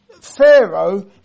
Pharaoh